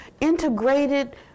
integrated